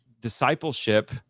discipleship